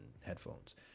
headphones